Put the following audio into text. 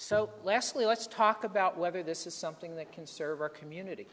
leslie let's talk about whether this is something that can serve our community